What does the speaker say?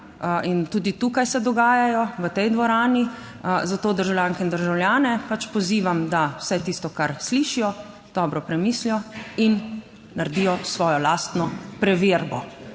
in tudi tukaj se dogajajo v tej dvorani, zato državljanke in državljane pač pozivam, da vsaj tisto, kar slišijo dobro premislijo in naredijo svojo lastno preverbo,